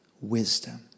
wisdom